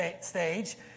stage